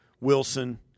Wilson